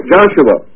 Joshua